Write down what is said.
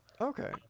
Okay